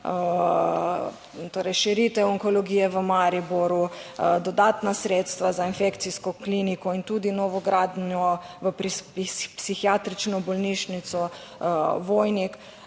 torej širitev onkologije v Mariboru, dodatna sredstva za infekcijsko kliniko in tudi novogradnjo psihiatrično bolnišnico Vojnik,